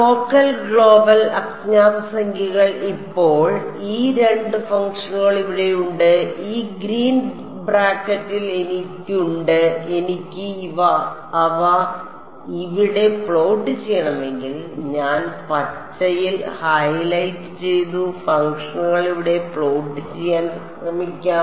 local global അജ്ഞാത സംഖ്യകൾ ഇപ്പോൾ ഈ രണ്ട് ഫംഗ്ഷനുകൾ ഇവിടെയുണ്ട് ഈ ഗ്രീൻ ബ്രാക്കറ്റിൽ എനിക്കുണ്ട് എനിക്ക് അവ ഇവിടെ പ്ലോട്ട് ചെയ്യണമെങ്കിൽ ഞാൻ പച്ചയിൽ ഹൈലൈറ്റ് ചെയ്ത ഫംഗ്ഷനുകൾ ഇവിടെ പ്ലോട്ട് ചെയ്യാൻ ശ്രമിക്കാം